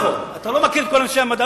אתה לא מכיר את כל אנשי המדע.